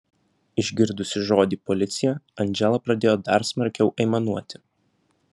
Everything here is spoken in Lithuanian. išgirdusi žodį policija andžela pradėjo dar smarkiau aimanuoti